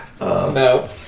No